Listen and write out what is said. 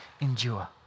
endure